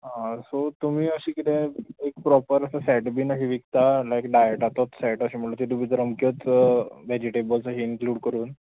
आ सो तुमी अशें कितें एक प्रॉपर असो सॅट बीन अशें विकता लायक डायटाचोत सॅट अशें म्हळ तितू भितर अमकेच वॅजिटेबल्स अहे इन्क्ल्यूड करून